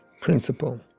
principle